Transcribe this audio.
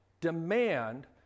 demand